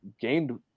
gained